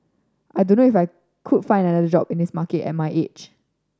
I don't know if I could find another job in this market at my age